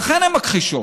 לכן הן מכחישות.